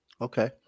okay